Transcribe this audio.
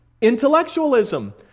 intellectualism